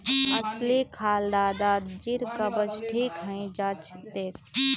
अलसी खा ल दादाजीर कब्ज ठीक हइ जा तेक